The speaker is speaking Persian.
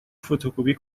فتوکپی